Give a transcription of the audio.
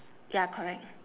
ya correct